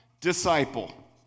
disciple